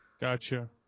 Gotcha